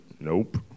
nope